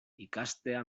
ikastea